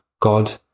god